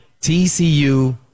TCU